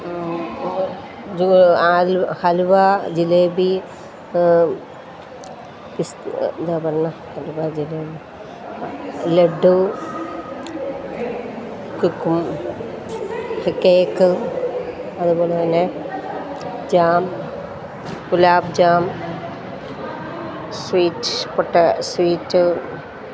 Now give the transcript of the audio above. ആലു ഹലുവ ജിലേബി പിസ് എന്താ പറയുക അലുവ ജിലേബി ലഡ്ഡു കുക്കും കേക്ക് അതു പോലെ തന്നെ ജാം ഗുലാബ് ജാം സ്വീറ്റ് പൊട്ട സ്വീറ്റ്